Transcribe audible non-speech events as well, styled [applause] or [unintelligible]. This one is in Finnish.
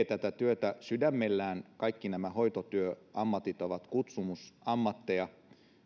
[unintelligible] tätä työtä sydämellään kaikki nämä hoitotyöammatit ovat kutsumusammatteja